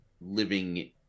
living